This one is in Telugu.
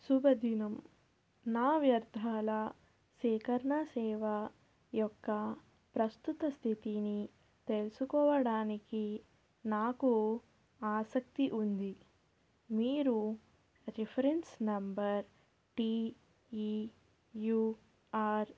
శుభదినం నా వ్యర్థాల సేకరణ సేవ యొక్క ప్రస్తుత స్థితిని తెలుసుకోవడానికి నాకు ఆసక్తి ఉంది మీరు reference number T E U are